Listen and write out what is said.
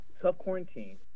self-quarantine